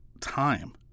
time